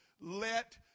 let